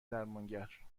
درمانگر